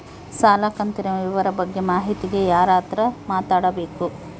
ಸಾಲ ಕಂತಿನ ವಿವರ ಬಗ್ಗೆ ಮಾಹಿತಿಗೆ ಯಾರ ಹತ್ರ ಮಾತಾಡಬೇಕು?